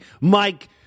Mike